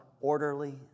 orderly